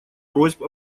просьб